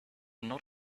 not